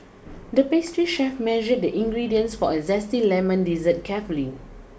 the pastry chef measured the ingredients for a zesty lemon dessert carefully